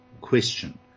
question